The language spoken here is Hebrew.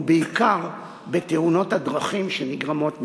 ובעיקר בתאונות הדרכים שנגרמות מכך.